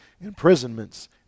imprisonments